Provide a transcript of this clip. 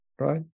right